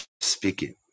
speaking